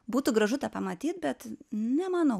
būtų gražu tą pamatyt bet nemanau